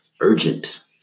urgent